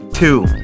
two